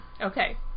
Okay